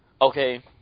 okay